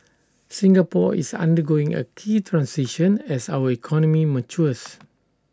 Singapore is undergoing A key transition as our economy matures